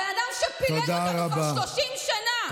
הבן אדם שפילג אותנו כבר 30 שנה.